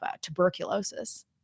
tuberculosis